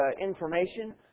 information